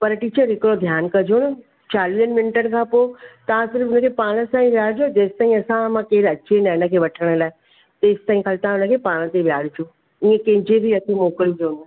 पर टीचर हिकिड़ो ध्यानु कजो न चालीहनि मिंटनि खां पोइ तव्हां सिर्फ़ु हुनखे पाणि सां ई विहार जो जेसि ताईं असां मां केरु अचे न हिन खे वठणु लाइ तेसि ताईं ख़ाली तव्हां हुन खे पाणि सां ई विहार जो इह कंहिंजे बि हथु मोकिलिजो न